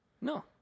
no